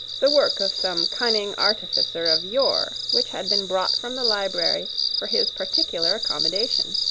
the work of some cunning artificer of yore, which had been brought from the library for his particular accommodation.